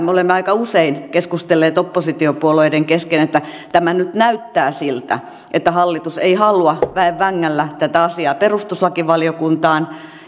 me olemme aika usein keskustelleet oppositiopuolueiden kesken että nyt näyttää siltä että hallitus ei halua väen vängällä tätä asiaa perustuslakivaliokuntaan